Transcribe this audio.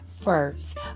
first